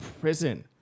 prison